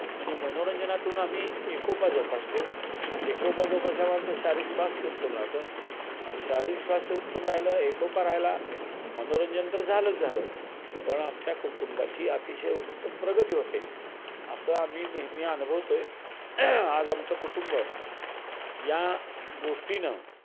म्हणजे मनोरंजनातून आम्ही एकोपा जोपासतो एकोपा जोपासल्यामुळे आमचं शारीरक स्वास्थ्य उत्तम राहतं आणि शारीरिक स्वास्थ्य उत्तम राहिलं एकोपा राहिला मनोरंजन तर झालंच झालं पण आमच्या कुटुंबाची अतिशय उत्तम प्रगती होते असं आम्ही नेहमी अनुभवतो आहे आज आमचं कुटुंब या गोष्टीनं